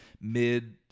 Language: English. mid